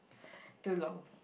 too long